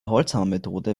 holzhammermethode